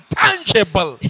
tangible